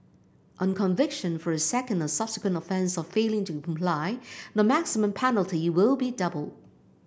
on conviction for a second or subsequent offence of failing to comply the maximum penalty will be doubled